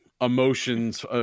emotions